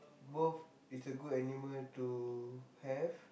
both is a good animal to have